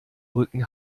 rücken